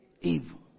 evil